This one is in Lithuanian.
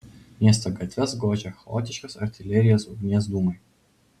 miesto gatves gožė chaotiškos artilerijos ugnies dūmai